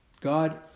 God